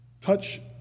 touch